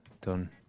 done